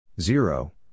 Zero